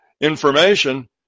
information